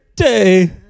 day